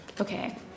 Okay